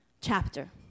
chapter